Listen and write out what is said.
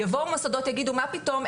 יבואו מוסדות ויגידו, מה פתאום?